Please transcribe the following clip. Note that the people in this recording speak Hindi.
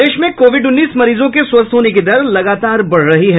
प्रदेश में कोविड उन्नीस मरीजों के स्वस्थ होने की दर लगातार बढ़ रही है